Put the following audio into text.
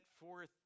forth